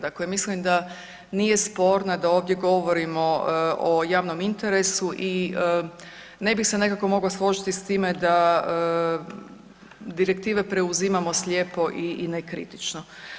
Dakle, mislim da nije sporno da ovdje govorimo o javnom interesu i ne bih se nekako mogla složiti s time da direktive preuzimamo slijepo i nekritično.